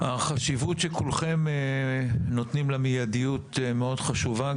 החשיבות שכולכם נותנים למידיות חשובה מאוד.